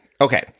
Okay